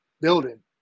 building